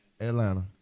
Atlanta